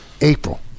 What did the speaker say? April